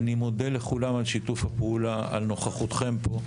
אני מודה לכולם על שיתוף הפעולה, על נוכחותכם פה.